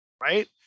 right